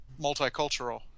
multicultural